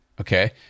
okay